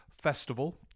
festival